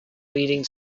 leading